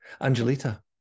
Angelita